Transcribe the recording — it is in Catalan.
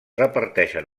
reparteixen